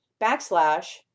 backslash